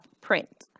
print